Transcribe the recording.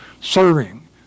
Serving